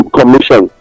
Commission